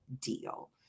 deal